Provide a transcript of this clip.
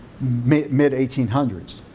mid-1800s